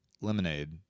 lemonade